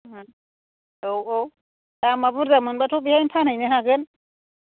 औ औ दामआ बुरजा मोनब्लाथ' बेहायनो फानहैनो हागोन